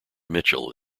mitchell